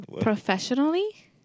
Professionally